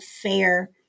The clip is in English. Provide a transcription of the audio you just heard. fair